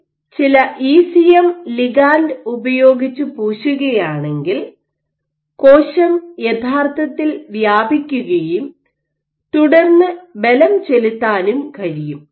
നിങ്ങൾ ചില ECM ligand ഉപയോഗിച്ച് പൂശുകയാണെങ്കിൽ കോശം യഥാർത്ഥത്തിൽ വ്യാപിക്കുകയും തുടർന്ന് ബലം ചെലുത്താനും കഴിയും